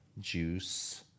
juice